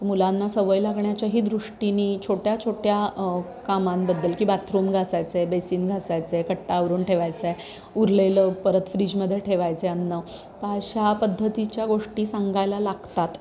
मुलांना सवय लागण्याच्याही दृष्टीने छोट्या छोट्या कामांबद्दल की बाथरूम घासायचं आहे बेसिन घासायचं आहे कट्टा आवरून ठेवायचा आहे उरलेलं परत फ्रीजमध्ये ठेवायचं आहे अन्न तर अशा पद्धतीच्या गोष्टी सांगायला लागतात